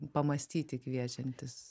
pamąstyti kviečiantis